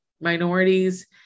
minorities